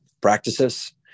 practices